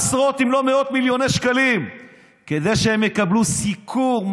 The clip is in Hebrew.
עשרות אם לא מאות מיליוני שקלים כדי שהם יקבלו סיקור,